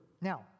Now